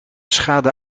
schade